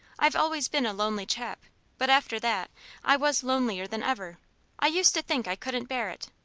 i've always been a lonely chap but after that i was lonelier than ever i used to think i couldn't bear it.